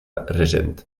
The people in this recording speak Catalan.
regent